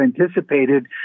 anticipated